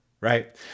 right